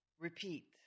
Repeat